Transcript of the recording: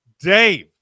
dave